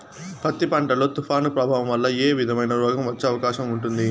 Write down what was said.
పత్తి పంట లో, తుఫాను ప్రభావం వల్ల ఏ విధమైన రోగం వచ్చే అవకాశం ఉంటుంది?